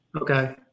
Okay